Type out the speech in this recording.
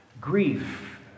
Grief